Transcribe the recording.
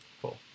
Cool